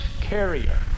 carrier